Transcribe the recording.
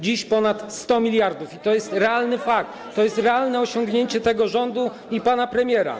Dziś ponad 100 mld i to jest fakt, to jest realne osiągnięcie tego rządu i pana premiera.